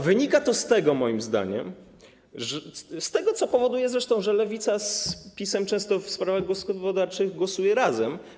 Wynika to moim zdaniem z tego, co powoduje zresztą, że Lewica z PiS-em często w sprawach gospodarczych głosują razem.